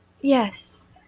Yes